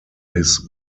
his